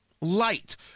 Light